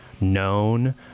known